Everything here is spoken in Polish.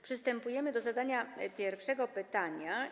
Przystępujemy do zadania pierwszego pytania.